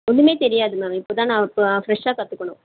ஒன்றுமே தெரியாது மேம் இப்போதான் நான் இப்போ ஃப்ரெஷ்ஷாக கற்றுக்கணும்